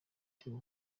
watewe